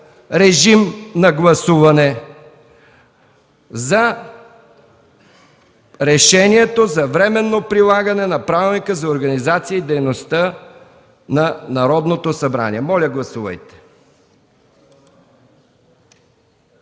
режим на гласуване за Проекторешението за временно прилагане на Правилника за организацията и дейността на Народното събрание. Гласували